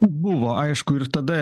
buvo aišku ir tada